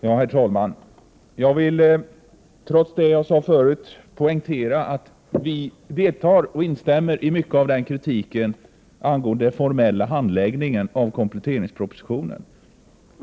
Herr talman! Trots det jag sade förut vill jag poängtera att vi deltar i och instämmer i mycket av kritiken angående den formella handläggningen av kompletteringspropositionen.